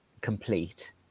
complete